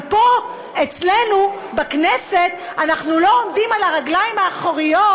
אבל פה אצלנו בכנסת אנחנו לא עומדים על הרגליים האחוריות,